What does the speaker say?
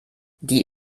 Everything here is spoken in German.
die